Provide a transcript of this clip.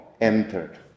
entered